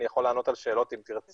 אני יכול לענות על שאלות אם תרצו,